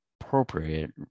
appropriate